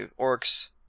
orcs